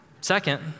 Second